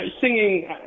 singing